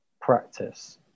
practice